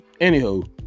Anywho